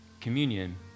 communion